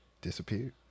disappeared